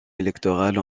électorale